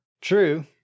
True